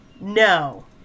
no